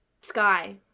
Sky